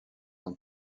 ont